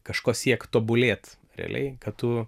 kažko siekt tobulėt realiai kad tu